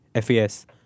FAS